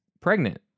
pregnant